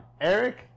eric